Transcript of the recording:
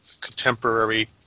contemporary